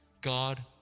God